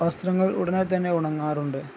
വസ്ത്രങ്ങൾ ഉടനെ തന്നെ ഉണങ്ങാറുണ്ട്